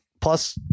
Plus